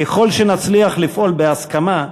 ככל שנצליח לפעול בהסכמה,